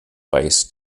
base